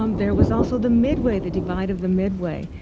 um there was also the midway, the divide of the midway.